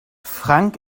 frank